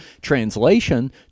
Translation